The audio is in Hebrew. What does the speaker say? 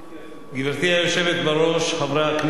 גברתי היושבת בראש, חברי הכנסת,